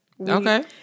Okay